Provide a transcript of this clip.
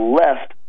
left